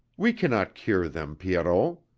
we cannot cure them, pierrot.